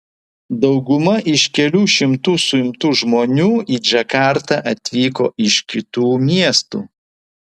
dauguma iš kelių šimtų suimtų žmonių į džakartą atvyko iš kitų miestų